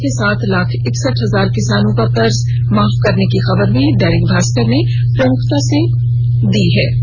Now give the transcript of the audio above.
राज्य के सात लाख एकसठ हजार किसानों के कर्ज माफ करने की खबर को दैनिक भास्कर ने प्रमुखता से जगह दी है